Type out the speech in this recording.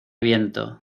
viento